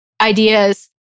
ideas